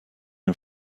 این